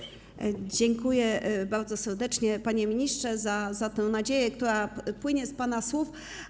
Dziękuję bardzo serdecznie, panie ministrze, za tę nadzieję, która płynie z pana słów.